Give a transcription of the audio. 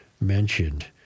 mentioned